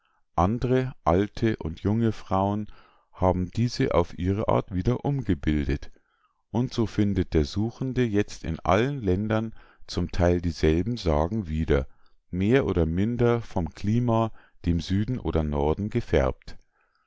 andre alte und junge frauen haben diese auf ihre art wieder umgebildet und so findet der suchende jetzt in allen ländern zum theil dieselben sagen wieder mehr oder minder vom clima dem süden oder norden gefärbt